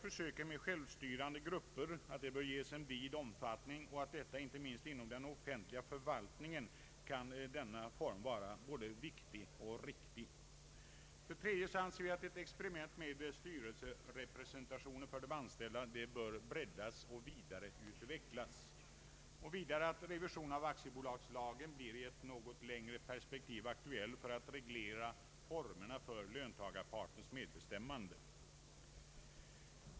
Försöken med självstyrande grupper bör ges en vid omfattning, Inte minst inom den offentliga förvaltningen kan denna form vara viktig och riktig. 3. Experiment med styrelserepresentation för de anställda bör breddas och vidareutvecklas. Vidare bör revision av aktiebolagslagen i ett något längre perspektiv bli aktuell för att reglera formerna för arbetstagarpartens medbestämmande.